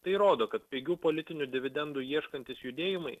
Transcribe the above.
tai rodo kad pigių politinių dividendų ieškantys judėjimai